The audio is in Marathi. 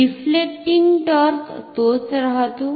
डिफ्लेक्टिंग टॉर्क तोच राह्तो